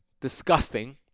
disgusting